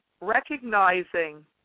recognizing